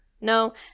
No